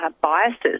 Biases